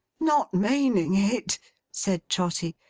not meaning it said trotty.